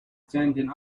standing